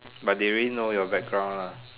but they already know your background lah